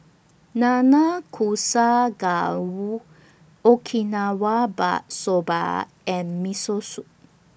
Nanakusa Gayu Okinawa Soba and Miso Soup